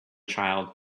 child